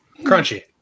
Crunchy